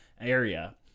area